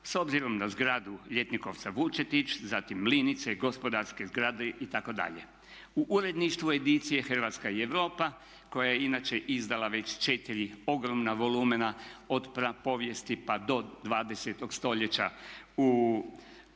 S obzirom na zgradu Ljetnikovca Vučetić, zatim Linice, gospodarske zgrade itd. U uredništvu edicije Hrvatska i Europa koje je inače izdala već četiri ogromna volumena od prapovijesti pa do 20. stoljeća u